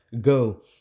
Go